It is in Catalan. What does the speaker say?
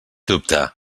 dubtar